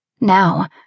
Now